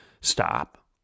stop